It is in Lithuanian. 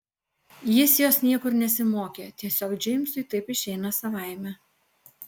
jis jos niekur nesimokė tiesiog džeimsui taip išeina savaime